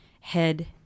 head